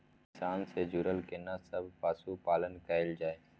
किसान से जुरल केना सब पशुपालन कैल जाय?